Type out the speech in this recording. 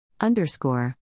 Underscore